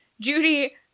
Judy